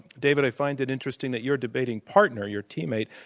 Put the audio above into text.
david, i find it interesting that your debating partner, your teammate,